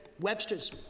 Webster's